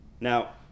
Now